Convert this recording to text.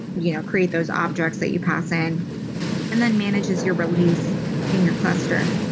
you know create those objects that you pass in and then manages your release in your cluster.